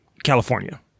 California